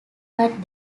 but